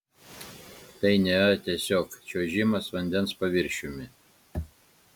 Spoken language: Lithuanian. tai nėra tiesiog čiuožimas vandens paviršiumi